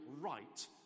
right